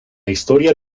historia